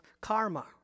karma